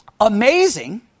Amazing